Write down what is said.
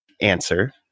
answer